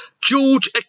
George